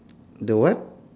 the what